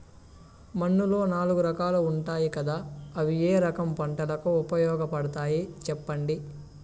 మన్నులో నాలుగు రకాలు ఉన్నాయి కదా అవి ఏ రకం పంటలకు ఉపయోగపడతాయి చెప్పండి?